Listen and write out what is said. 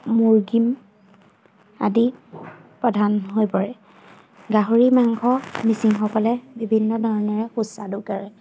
মুৰ্গী আদি প্ৰধান হৈ পৰে গাহৰি মাংস মিচিংসকলে বিভিন্ন ধৰণেৰে সুস্বাদুকৰে